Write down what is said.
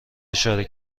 اشاره